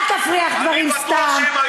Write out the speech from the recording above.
אל תפריח דברים סתם.